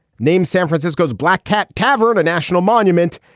name san francisco's black cat tavern a national monument.